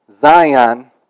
Zion